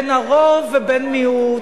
בין הרוב ובין מיעוט.